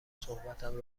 صحبتم